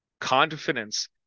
Confidence